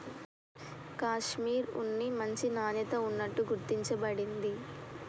కాషిమిర్ ఉన్ని మంచి నాణ్యత ఉన్నట్టు గుర్తించ బడింది